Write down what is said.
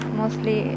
mostly